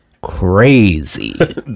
crazy